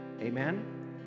Amen